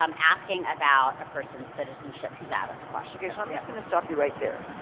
um asking about a person's citizenship status question. okay, so i'm just gonna stop you right there.